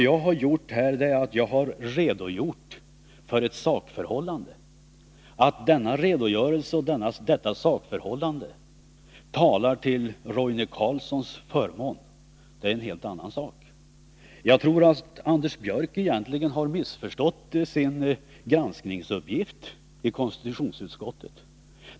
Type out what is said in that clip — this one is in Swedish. Jag har lämnat en redogörelse för ett sakförhållande. Att denna redogörelse och detta sakförhållande talar till Roine Carlssons förmån är en helt annan sak. Jag tror att Anders Björck egentligen har missförstått sin granskningsuppgift i konstitutionsutskottet.